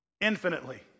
Infinitely